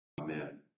Amen